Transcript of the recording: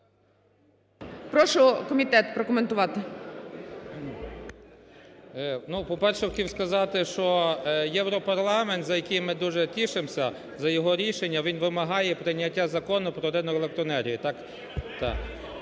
ПІДЛІСЕЦЬКИЙ Л.Т. Ну, по-перше, хотів сказати, що Європарламент, за який ми дуже тішимося, за його рішення, він вимагає прийняття Закону про ринок електроенергії.